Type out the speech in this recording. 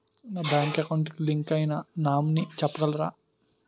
నా bank account కి link అయినా నామినీ చెప్పగలరా?